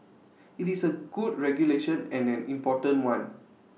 IT is A good regulation and an important one